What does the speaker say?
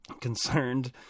concerned